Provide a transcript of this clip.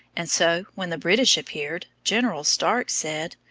and so, when the british appeared, general stark said,